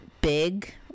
big